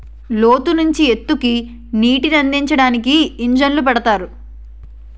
లోతు నుంచి ఎత్తుకి నీటినందించడానికి ఇంజన్లు పెడతారు